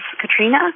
Katrina